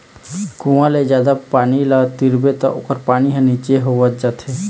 कुँआ ले जादा पानी ल तिरबे त ओखर पानी ह नीचे होवत जाथे